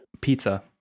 Pizza